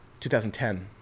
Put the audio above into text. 2010